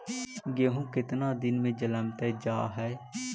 गेहूं केतना दिन में जलमतइ जा है?